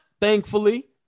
thankfully